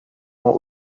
ont